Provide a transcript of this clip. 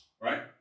right